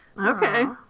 Okay